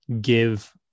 give